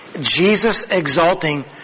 Jesus-exalting